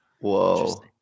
Whoa